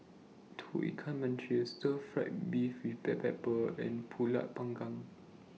Tauge Ikan Masin Stir Fry Beef with Black Pepper and Pulut Panggang